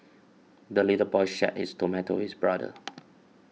the little boy shared his tomato with his brother